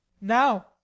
now